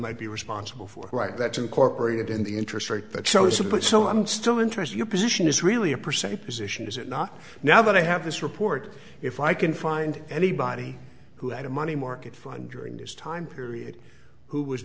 might be responsible for right that's incorporated in the interest rate that shows it but so i'm still interested your position is really a percentage position is it not now that i have this report if i can find anybody who had a money market fund during this time period who was